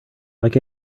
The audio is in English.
like